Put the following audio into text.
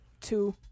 Two